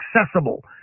accessible